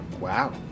Wow